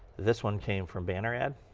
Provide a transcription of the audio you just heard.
this one came from banner ad,